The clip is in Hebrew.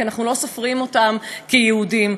כי אנחנו לא סופרים אותם כיהודים.